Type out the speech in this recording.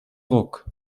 ruck